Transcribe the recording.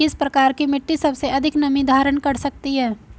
किस प्रकार की मिट्टी सबसे अधिक नमी धारण कर सकती है?